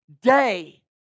Day